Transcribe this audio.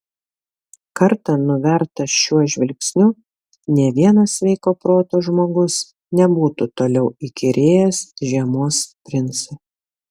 kartą nuvertas šiuo žvilgsniu nė vienas sveiko proto žmogus nebūtų toliau įkyrėjęs žiemos princui